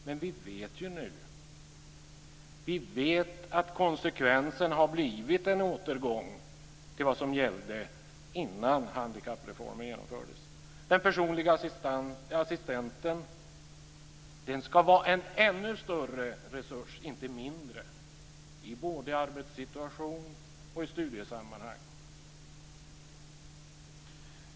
Men vi vet ju nu att konsekvensen har blivit en återgång till vad som gällde innan handikappreformen genomfördes. Den personliga assistenten ska vara en ännu större resurs, inte mindre, både i en arbetssituation och i studiesammanhang.